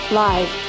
live